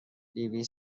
لیبی